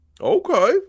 Okay